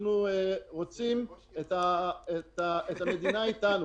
אנחנו רוצים את המדינה אתנו,